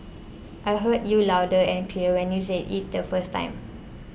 I heard you loud and clear when you said it the first time